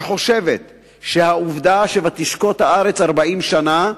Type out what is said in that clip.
שחושבת שהעובדה ש"ותשקוט הארץ ארבעים שנה"